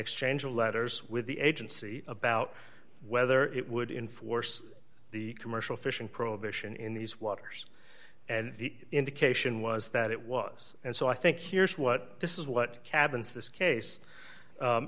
exchange of letters with the agency about whether it would in force the commercial fishing prohibition in these waters and the indication was that it was and so i think here is what this is what cabins this case